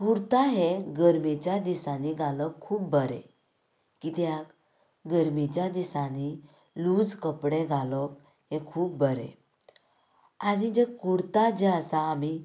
कुर्ता हे गर्मेच्या दिसांनी घालप खूब बरें कित्याक गर्मेच्या दिसांनी लूज कपडे घालप हें खूब बरें आनी जे कुर्ता जे आसा आमी